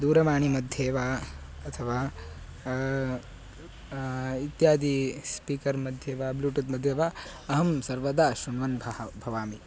दूरवाणीमध्ये वा अथवा इत्यादि स्पीकर्मध्ये वा ब्लूटूत्मध्ये वा अहं सर्वदा श्रुण्वन् भः भवामि